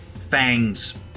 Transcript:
fangs